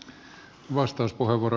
arvoisa puhemies